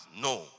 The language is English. No